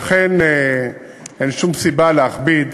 ואכן, אין שום סיבה להכביד